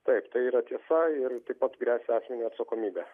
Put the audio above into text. taip tai yra tiesa ir taip pat gresia asmeniui atsakomybė